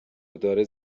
داره